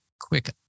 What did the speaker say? quick